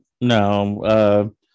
No